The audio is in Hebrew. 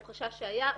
הוא חשש שהיה,